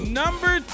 number